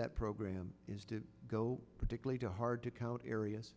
that program is to go particularly to hard to count areas